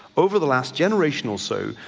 over the last generation or so,